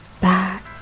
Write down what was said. back